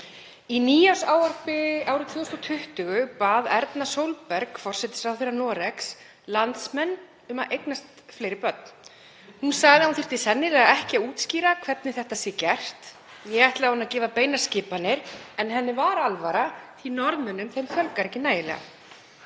Í nýársávarpi árið 2020 bað Erna Solberg, forsætisráðherra Noregs, landsmenn um að eignast fleiri börn. Hún sagði að hún þyrfti sennilega ekki að útskýra hvernig þetta væri gert né ætlaði hún að gefa beinar skipanir en henni var alvara því að Norðmönnum fjölgar ekki nægilega.